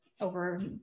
over